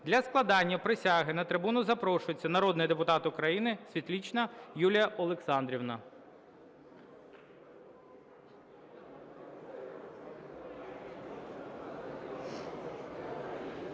Для складення присяги на трибуну запрошується народний депутат України Світлична Юлія Олександрівна.